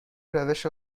روش